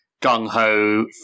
gung-ho